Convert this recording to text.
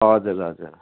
हजुर हजुर